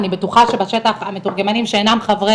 אני בטוחה שבשטח המתורגמנים שאינם חברי